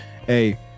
Hey